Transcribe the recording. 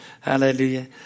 Hallelujah